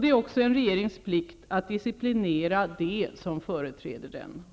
Det är också en regerings plikt att disciplinera dem som företräder den.